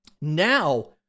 Now